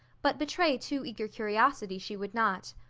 but betray too eager curiosity she would not.